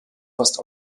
fast